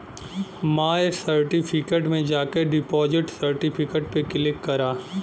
माय certificate में जाके deposit certificate पे क्लिक करा